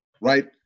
right